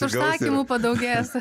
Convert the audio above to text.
užsakymų padaugės